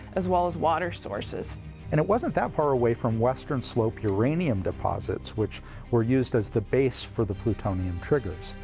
as well as water sources. and it wasn't that far away from western slope uranium deposits, which were used as the base for the plutonium triggers.